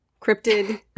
cryptid